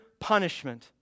punishment